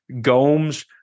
Gomes